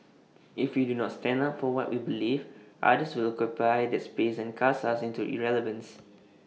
if we do not stand up for what we believe others will occupy that space and cast us into irrelevance